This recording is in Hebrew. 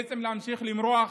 זה בעצם להמשיך למרוח